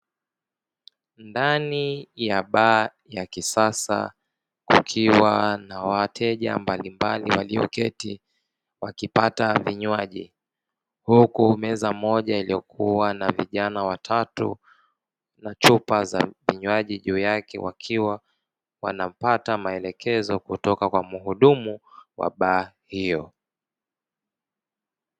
Ndani ya baa ya kisasa kukiwa na wateja mbalimbali waliyoketi wakipata vinywaji, huku meza moja iliyokua na vijana watatu na chupa za vinywaji juu yake wakiwa wanapata maelekezo kutoka kwa mhudumu wa baa hiyo.